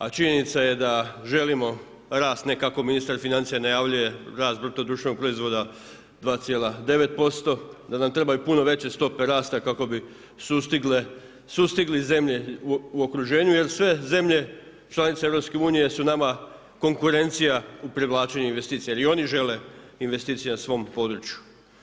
A činjenica je da želimo rast ne kako ministar financija najavljuje rast BDP-a 2,9%, da nam trebaju puno veće stope rasta kako bi sustigli zemlje u okruženju jer sve zemlje članice EU su nama konkurencija u privlačenju investicija jer i oni žele investicije na svom području.